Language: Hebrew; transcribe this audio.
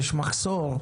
יש מחסור.